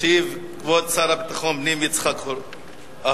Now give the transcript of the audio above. ישיב כבוד שר הביטחון יצחק אהרונוביץ.